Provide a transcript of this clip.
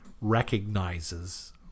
recognizes